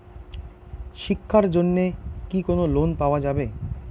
শিক্ষার জন্যে কি কোনো লোন পাওয়া যাবে?